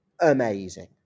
amazing